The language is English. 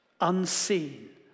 unseen